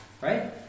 right